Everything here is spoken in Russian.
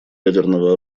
ядерного